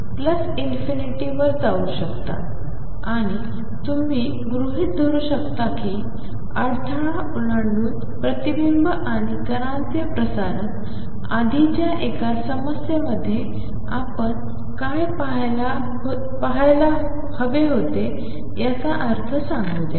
तर ≠≠ 0 हे x ±± as म्हणून आणि तुम्ही गृहीत धरू शकता कि अडथळा ओलांडून प्रतिबिंब आणि कणांचे प्रसारण आधीच्या एका समस्येमध्ये आपण काय पहायले होते याचा अर्थ सांगू द्या